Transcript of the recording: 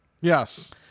Yes